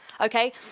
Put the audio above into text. okay